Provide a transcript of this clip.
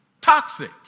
toxic